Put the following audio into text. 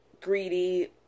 greedy